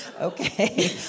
Okay